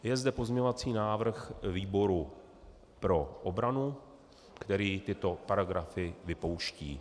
Je zde pozměňovací návrh výboru pro obranu, který tyto paragrafy vypouští.